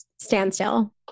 standstill